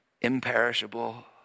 imperishable